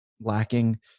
lacking